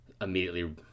immediately